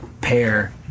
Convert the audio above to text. pair